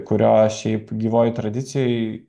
kurio šiaip gyvoj tradicijoj